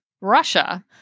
Russia